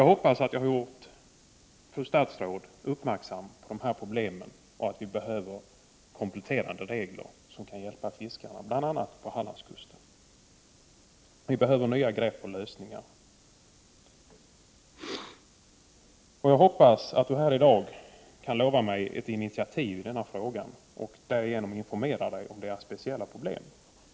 Jag hoppas att jag har gjort fru statsrådet uppmärksam på dessa problem och på att vi behöver kompletterande regler som kan hjälpa bl.a. fiskarna utefter Hallandskusten. Vi behöver nya grepp och lösningar. Jag hoppas också att arbetsmarknadsministern här i dag kan lova mig ett initiativ i denna fråga och att hon skall informera sig om fiskarnas speciella problem.